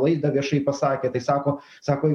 laidą viešai pasakė tai sako sako